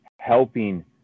helping